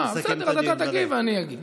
בסדר, אז אתה תגיב ואני אגיב.